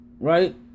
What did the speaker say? right